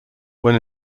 when